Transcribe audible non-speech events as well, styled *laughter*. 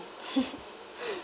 *laughs*